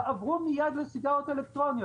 תעברו מיד לסיגריות אלקטרוניות.